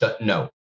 No